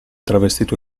travestito